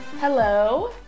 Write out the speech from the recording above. Hello